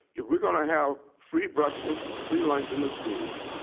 if we're going to have free breakfast, free lunch in the schools